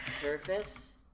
Surface